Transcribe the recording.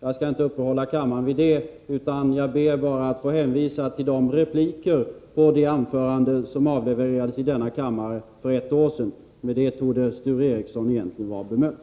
Jag skall inte uppehålla kammaren med detta, utan jag ber bara att få hänvisa till replikerna på de anföranden som avlevererades i denna kammare för ett år sedan. Med det borde Sture Ericson egentligen vara bemött.